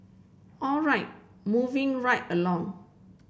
all right moving right along